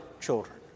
children